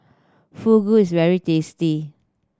fugu is very tasty